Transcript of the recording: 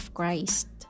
Christ